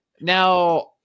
now